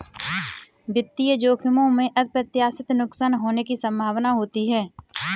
वित्तीय जोखिमों में अप्रत्याशित नुकसान होने की संभावना होती है